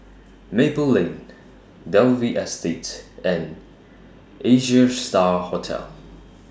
Maple Lane Dalvey Estate and Asia STAR Hotel